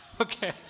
Okay